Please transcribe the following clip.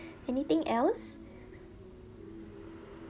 anything else